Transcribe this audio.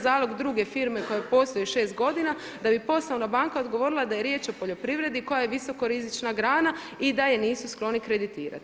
Zalog druge firme koja posluje 6 godina da bi poslovna banka odgovorila da je riječ o poljoprivredi koja je visoko rizična grana i da je nisu skloni kreditirati.